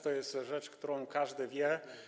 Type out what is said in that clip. To jest rzecz, o której każdy wie.